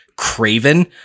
craven